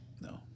No